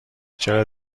چرا